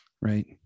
right